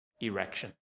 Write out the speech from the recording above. erection